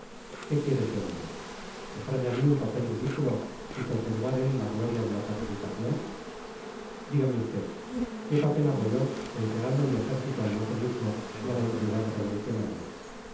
qué quiere ese hombre dejarme a mí un papel ridículo y conservar él la gloria de la pacificación dígame usted qué papel hago yo entregando mi ejército al masonismo y a la impiedad revolucionaria